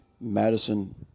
Madison